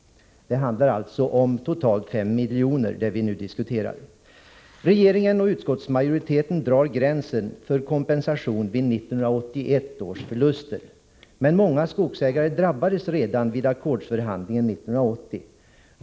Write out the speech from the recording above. Det vi nu diskuterar är alltså totalt 5 miljoner. Regeringen och utskottsmajoriteten drar gränsen för kompensation vid 1981 års förluster. Men många skogsägare drabbades redan vid ackordsförhandlingen 1980.